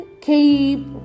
keep